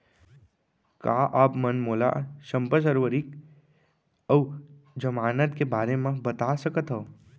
का आप मन मोला संपार्श्र्विक अऊ जमानत के बारे म बता सकथव?